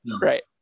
right